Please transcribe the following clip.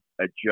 adjust